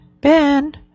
Ben